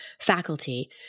faculty